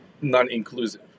non-inclusive